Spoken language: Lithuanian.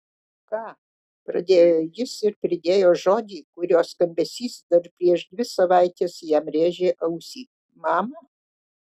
ką pradėjo jis ir pridėjo žodį kurio skambesys dar prieš dvi savaites jam rėžė ausį mama